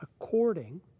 according